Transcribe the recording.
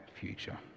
future